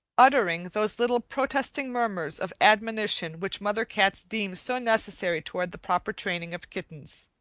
uttering those little protesting murmurs of admonition which mother cats deem so necessary toward the proper training of kittens.